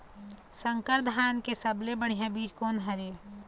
संकर धान के सबले बढ़िया बीज कोन हर ये?